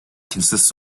consists